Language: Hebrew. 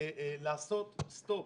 ולעשות סטופ,